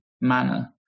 manner